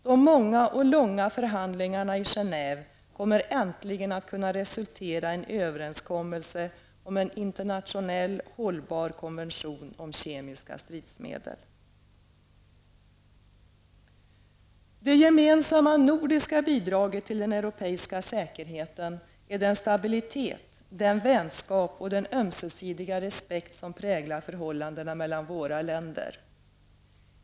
De många och långa förhandlingarna i Genève kommer äntligen att kunna resultera i en överenskommelse om en internationellt hållbar konvention om kemiska stridsmedel. Det gemensamma nordiska bidraget till den europeiska säkerheten är den stabilitet, den vänskap och den ömesidiga respekt som präglar förhållandena mellan våra länder.